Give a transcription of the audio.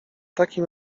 takim